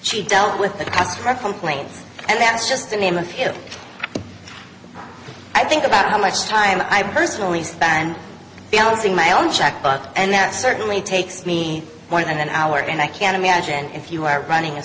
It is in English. she dealt with the customer complaint and that's just the name of it i think about how much time i personally spend beyond seeing my own checkbook and that certainly takes me more than an hour and i can imagine if you are running a